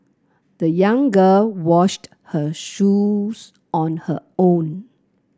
the young girl washed her shoes on her own